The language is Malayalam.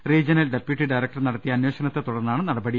റീജ്യനൽ ഡെപ്യൂട്ടി ഡയറക്ടർ നടത്തിയ അന്വേഷണത്തെ തുടർന്നാണ് നടപടി